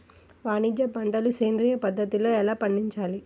వాణిజ్య పంటలు సేంద్రియ పద్ధతిలో ఎలా పండించాలి?